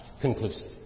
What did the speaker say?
conclusive